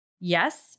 Yes